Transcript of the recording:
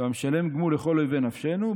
והמשלם גמול לכל אויבי נפשנו,